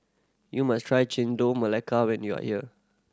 you must try Chendol Melaka when you are here